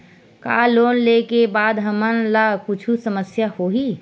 का लोन ले के बाद हमन ला कुछु समस्या होही?